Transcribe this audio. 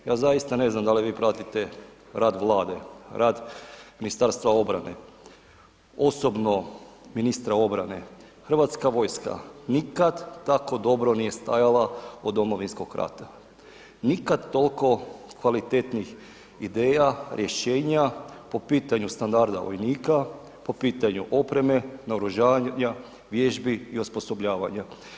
Ja zaista ne znam da li vi pratite rad Vlade, rad Ministarstva obrane, osobno ministra obrane, Hrvatska vojska nikad tako dobro nije stajala od Domovinskog rata, nikad toliko kvalitetnih ideja, rješenja po pitanju standarda vojnika, po pitanju opreme, naoružanja, vježbi i osposobljavanja.